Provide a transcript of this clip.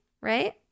right